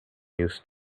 use